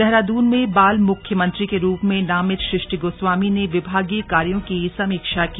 देहरादून में बाल मुख्यमंत्री के रूप में नामित सृष्टि गोस्वामी ने विभागीय कार्यों की समीक्षा की